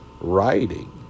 writing